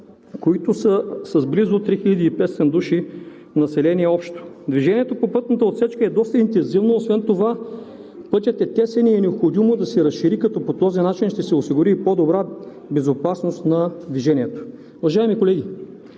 които са с близо 3500 души население общо. Движението по пътната отсечка е доста интензивно. Освен това пътят е тесен и е необходимо да се разшири, като по този начин ще се осигури и по-добра безопасност на движението. Уважаеми колеги,